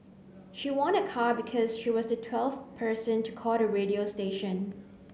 she won a car because she was the twelfth person to call the radio station